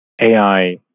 AI